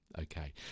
okay